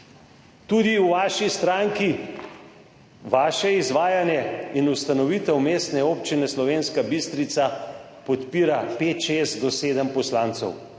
Tudi v vaši stranki, vaše izvajanje in ustanovitev mestne občine Slovenska Bistrica podpira 5, 6 do 7 poslancev.